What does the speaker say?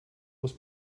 muss